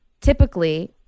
Typically